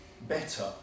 better